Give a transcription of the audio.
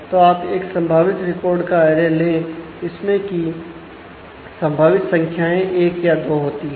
तो आप एक संभावित रिकोर्ट का ऐरे ले इसमें की संभावित संख्याएं एक या दो होती है